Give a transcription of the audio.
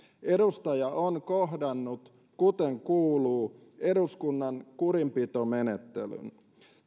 edustaja on kohdannut kuten kuuluu eduskunnan kurinpitomenettelyn